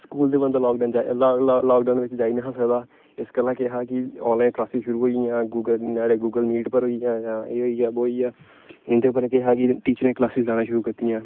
school ते बंदा lockdown ला लाकडाउन च जाई नेईं हा सकदा इस गल्ला केह् हा कि आनलाइन क्लासिस शुरू होई गेइयां गूगल नुहाड़े गूगल मीट उप्पर होई गेआ जां एह् होई गेआ बो होई गेआ इन्दे उप्पर केह् हा कि टीचरें क्लासिस लाना शुरू कीतियां